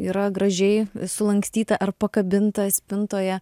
yra gražiai sulankstyta ar pakabinta spintoje